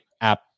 app